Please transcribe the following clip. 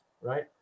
right